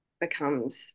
becomes